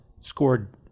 scored